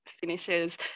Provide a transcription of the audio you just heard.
finishes